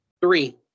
three